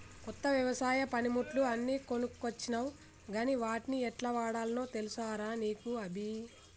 కొత్త వ్యవసాయ పనిముట్లు అన్ని కొనుకొచ్చినవ్ గని వాట్ని యెట్లవాడాల్నో తెలుసా రా నీకు అభి